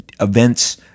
events